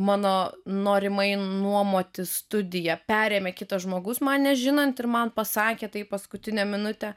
mano norimai nuomotis studiją perėmė kitas žmogus man nežinant ir man pasakė tai paskutinę minutę